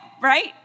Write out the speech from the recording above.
right